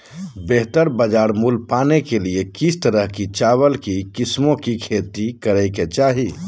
बेहतर बाजार मूल्य पाने के लिए किस तरह की चावल की किस्मों की खेती करे के चाहि?